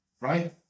Right